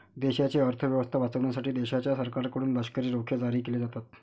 देशाची अर्थ व्यवस्था वाचवण्यासाठी देशाच्या सरकारकडून लष्करी रोखे जारी केले जातात